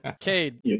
Cade